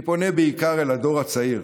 אני פונה בעיקר אל הדור הצעיר: